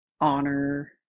honor